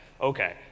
okay